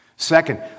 Second